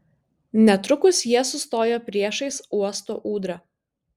netrukus jie sustojo priešais uosto ūdrą